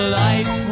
life